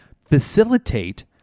facilitate